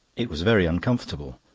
it was very uncomfortable,